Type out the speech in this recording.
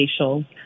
facials